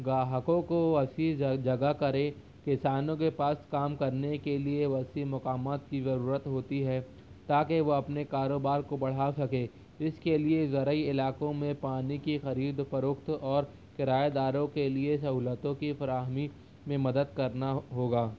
گاہکوں کو ایسی جگہ کرے کسانوں کے پاس کام کرنے کے لیے وسیع مقامات کی ضرورت ہوتی ہے تاکہ وہ اپنے کاروبار کو بڑھا سکے اس کے لیے زرعی علاقوں میں پانی کی خرید فروخت اور کرایہ داروں کے لیے سہولتوں کی فراہمی میں مدد کرنا ہوگا